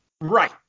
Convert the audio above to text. Right